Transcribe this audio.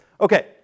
Okay